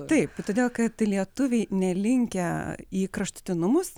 taip todėl kad lietuviai nelinkę į kraštutinumus